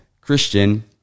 Christian